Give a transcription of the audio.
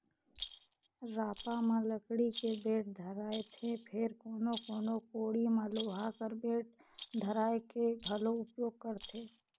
रापा म लकड़ी के बेठ धराएथे फेर कोनो कोनो कोड़ी मे लोहा कर बेठ धराए के घलो उपियोग करथे